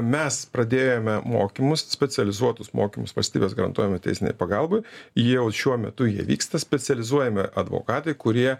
mes pradėjome mokymus specializuotus mokymus valstybės garantuojamai teisinei pagalbai jau šiuo metu jie vyksta specializuojame advokatai kurie